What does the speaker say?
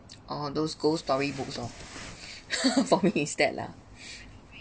oh those ghost storybooks oh for me instead lah